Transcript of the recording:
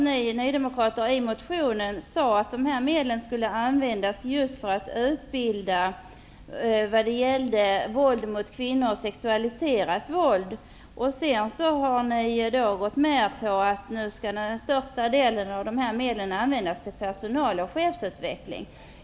Ni nydemokrater skrev i motionen att medlen som vi talar om skulle användas just för att utbilda domare i frågor om våld mot kvinnor och sexualiserat våld. Sedan har ni gått med på att största delen av de medlen skall användas till personal och chefsutveckling.